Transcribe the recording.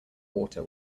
water